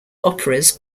operas